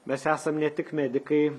mes esam ne tik medikai